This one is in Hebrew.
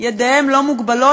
ידיהם לא מוגבלות,